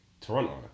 Toronto